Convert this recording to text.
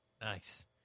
Nice